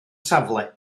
safle